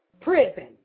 prison